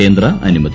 കേന്ദ്ര അനുമതി